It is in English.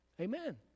Amen